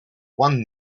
one